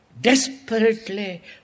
desperately